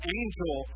angel